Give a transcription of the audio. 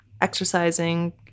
Exercising